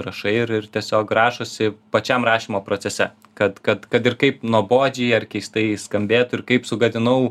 rašai ir ir tiesiog rašosi pačiam rašymo procese kad kad kad ir kaip nuobodžiai ar keistai skambėtų ir kaip sugadinau